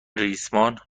ریسمان